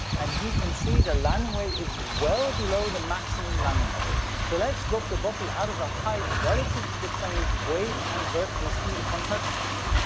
and you can see the landing weight is well below the maximum landing weight. so let's drop the bottle out of a height relative to the plane's weight and vertical speed upon touchdown.